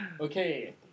Okay